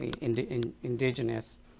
indigenous